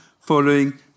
following